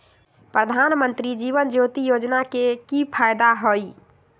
प्रधानमंत्री जीवन ज्योति योजना के की फायदा हई?